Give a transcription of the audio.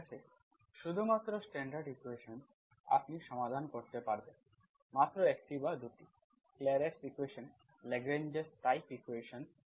ঠিক আছে শুধুমাত্র স্ট্যান্ডার্ড ইকুয়েশন্স আপনি সমাধান করতে পারেন মাত্র একটি বা 2টি Clairot's equation Lagrange's type equations